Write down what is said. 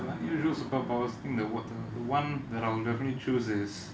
if I have unusual superpowers think the the [one] that I'll definitely choose is